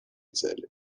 цели